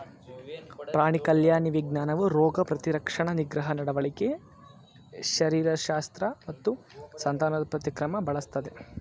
ಪ್ರಾಣಿ ಕಲ್ಯಾಣ ವಿಜ್ಞಾನವು ರೋಗ ಪ್ರತಿರಕ್ಷಣಾ ನಿಗ್ರಹ ನಡವಳಿಕೆ ಶರೀರಶಾಸ್ತ್ರ ಮತ್ತು ಸಂತಾನೋತ್ಪತ್ತಿ ಕ್ರಮ ಬಳಸ್ತದೆ